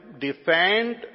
defend